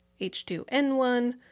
H2N1